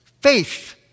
faith